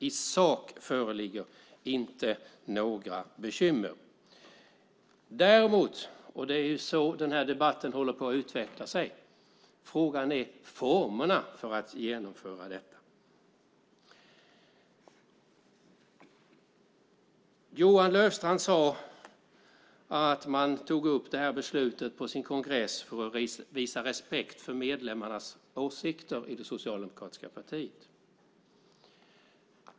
I sak föreligger inte några bekymmer. Frågan är formerna för att genomföra detta. Det är så debatten håller på att utveckla sig. Johan Löfstrand sade att man tog upp det här beslutet på sin kongress för att visa respekt för medlemmarnas åsikter i det socialdemokratiska partiet.